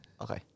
Okay